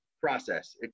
process